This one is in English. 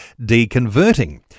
deconverting